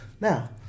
Now